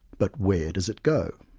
but where does it go?